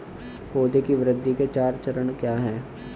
पौधे की वृद्धि के चार चरण क्या हैं?